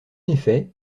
effet